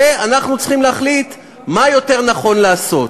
ואנחנו צריכים להחליט מה יותר נכון לעשות: